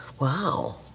Wow